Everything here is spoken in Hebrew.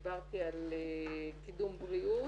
דיברתי על קידום בריאות,